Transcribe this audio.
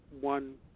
one